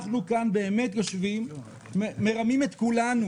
אנחנו כאן באמת יושבים ומרמים את כולנו.